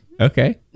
Okay